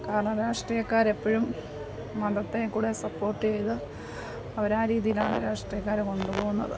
കാരണം രാഷ്ട്രിയക്കാർ എപ്പോഴും മതത്തേക്കൂടെ സപ്പോട്ട് ചെയ്ത് അവരാ രീതിയിലാണ് രാഷ്ട്രീയക്കാരെ കൊണ്ട് പോകുന്നത്